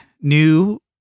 new